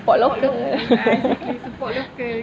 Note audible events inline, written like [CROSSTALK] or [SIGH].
support local [NOISE]